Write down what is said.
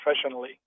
Professionally